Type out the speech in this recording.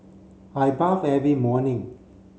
I bath every morning